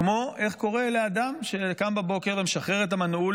כמו איך קורה לאדם שקם בבוקר ומשחרר את המנעול